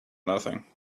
nothing